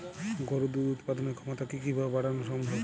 গরুর দুধ উৎপাদনের ক্ষমতা কি কি ভাবে বাড়ানো সম্ভব?